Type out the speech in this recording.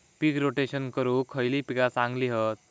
पीक rotation करूक खयली पीका चांगली हत?